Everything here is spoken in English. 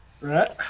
Right